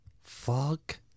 fuck